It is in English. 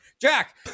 Jack